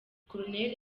koloneli